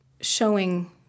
showing